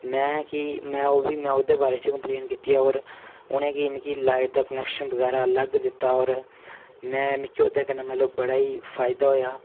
मैं कि मैं ओह् बी ओह्दे बारै च कम्प्लेन कीती होर उ'नेंगी मिगी लाइट दा कनेक्शन बगैरा अलग दित्ता होर मैं मिकी ओह्दे कन्नै मतलब बड़ा ही फायदा होएया